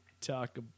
talk